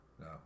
no